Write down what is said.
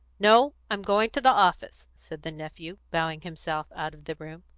no i'm going to the office, said the nephew, bowing himself out of the room.